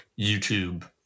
YouTube